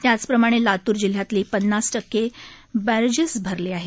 त्याच प्रमाणे लातूर जिल्ह्यातली पन्नास टक्के बरप्रेस अरले आहेत